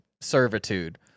servitude